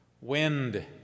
Wind